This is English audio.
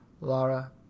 Laura